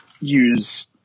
use